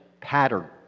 pattern